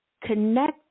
connect